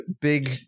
big